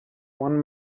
one